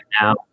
now